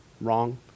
wrong